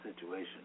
situation